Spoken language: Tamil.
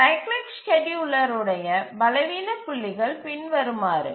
சைக்கிளிக் ஸ்கேட்யூலர் உடய பலவீன புள்ளிகள் பின்வருமாறு